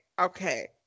okay